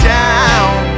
down